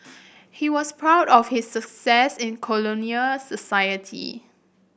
he was proud of his success in colonial society